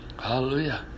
Hallelujah